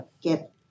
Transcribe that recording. get